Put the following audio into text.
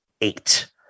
eight